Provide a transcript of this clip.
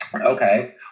Okay